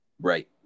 Right